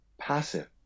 passive